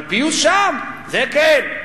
אבל פיוס שם, זה כן.